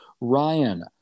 Ryan